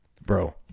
bro